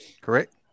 correct